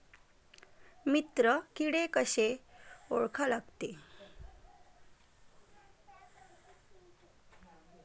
मित्र किडे कशे ओळखा लागते?